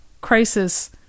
crisis